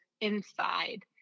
inside